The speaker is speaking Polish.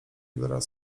wraz